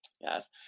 yes